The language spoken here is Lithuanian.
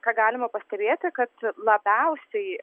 ką galima pastebėti kad labiausiai